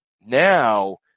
Now